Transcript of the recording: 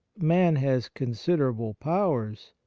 man has considerable powers,